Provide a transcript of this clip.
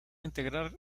integrar